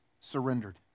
surrendered